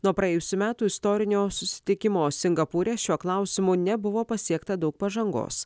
nuo praėjusių metų istorinio susitikimo singapūre šiuo klausimu nebuvo pasiekta daug pažangos